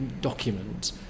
document